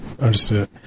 understood